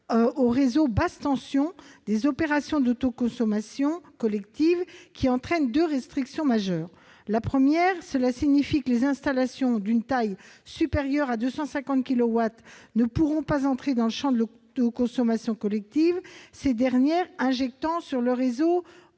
au réseau basse tension des opérations d'autoconsommation collective, qui entraîne deux restrictions majeures. D'une part, cela signifie que les installations d'une taille supérieure à 250 kilowatts ne pourront pas entrer dans le champ de l'autoconsommation collective, ces dernières injectant sur le réseau